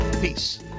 peace